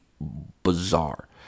bizarre